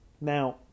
Now